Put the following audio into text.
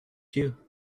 you